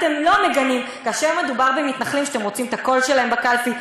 אתם לא מגנים כאשר מדובר במתנחלים שאתם רוצים את הקול שלהם בקלפי.